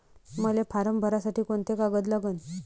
मले फारम भरासाठी कोंते कागद लागन?